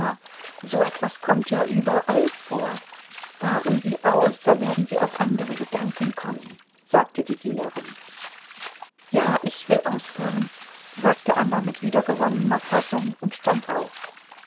so etwas kommt ja überall vor fahren sie aus da werden sie auf andere gedanken kommen sagte die dienerin ja ich will ausfahren sagte anna mit wiedergewonnener fassung und stand auf